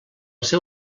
seu